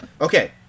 okay